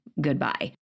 Goodbye